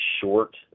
short